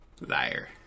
Liar